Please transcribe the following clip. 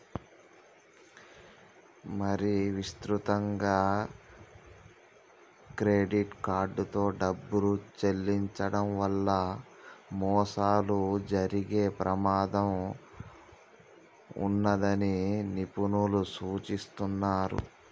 మరీ విస్తృతంగా క్రెడిట్ కార్డుతో డబ్బులు చెల్లించడం వల్ల మోసాలు జరిగే ప్రమాదం ఉన్నదని నిపుణులు సూచిస్తున్నరు